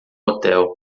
hotel